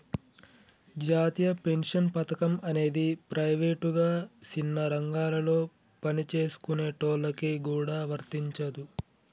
జాతీయ పెన్షన్ పథకం అనేది ప్రైవేటుగా సిన్న రంగాలలో పనిచేసుకునేటోళ్ళకి గూడా వర్తించదు